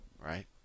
right